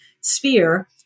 sphere